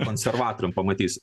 konservatorium pamatysit